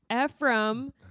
Ephraim